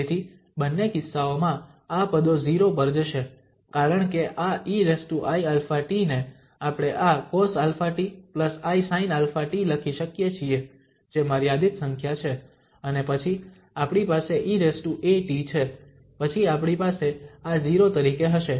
તેથી બંને કિસ્સાઓમાં આ પદો 0 પર જશે કારણ કે આ eiαt ને આપણે આ cosαtisinαt લખી શકીએ છીએ જે મર્યાદિત સંખ્યા છે અને પછી આપણી પાસે eat છે પછી આપણી પાસે આ 0 તરીકે હશે